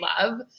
love